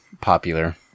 popular